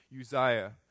Uzziah